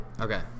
Okay